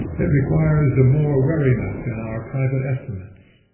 it requires the more wariness in our private estimates.